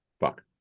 Fuck